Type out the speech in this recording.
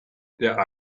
their